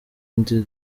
ndi